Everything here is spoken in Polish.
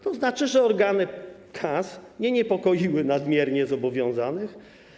To znaczy, że organy kas nie niepokoiły nadmiernie zobowiązanych.